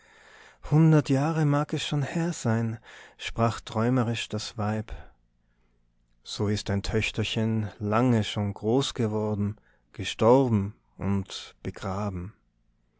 hundert jahre mag es schon her sein sprach träumerisch das weib so ist dein töchterchen lange schon groß geworden gestorben und begraben